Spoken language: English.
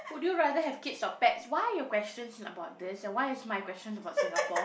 would you rather have kids or pets why are your question about this and why is my question about Singapore